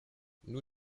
nous